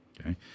Okay